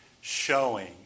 showing